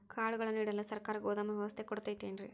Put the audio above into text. ಕಾಳುಗಳನ್ನುಇಡಲು ಸರಕಾರ ಗೋದಾಮು ವ್ಯವಸ್ಥೆ ಕೊಡತೈತೇನ್ರಿ?